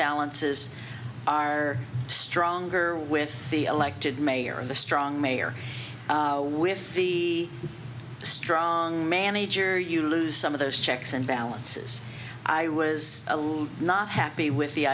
balances are stronger with the elected mayor of the strong mayor with the strong manager you lose some of those checks and balances i was a little not happy with the